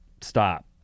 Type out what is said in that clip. stop